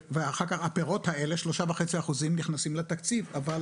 ואחר כך הפירות האלה, 3.5% נכנסים לתקציב, אבל